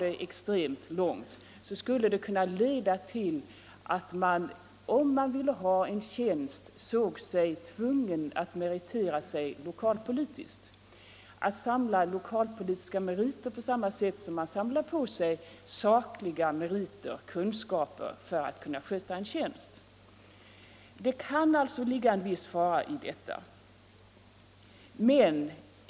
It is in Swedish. I extrema fall skulle det kunna leda till att den som vill ha en tjänst ser sig tvungen att meritera sig lokalpolitiskt — samla lokalpolitiska meriter på samma sätt som man samlar på sig sakliga meriter, kunskaper, för att kunna erhålla en tjänst. Det kan alltså ligga en fara i detta.